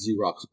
Xerox